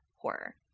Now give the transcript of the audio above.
horror